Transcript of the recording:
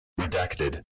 Redacted